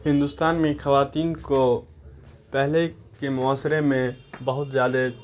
ہندوستان میں خواتین کو پہلے کے معاشرے میں بہت زیادہ